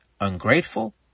ungrateful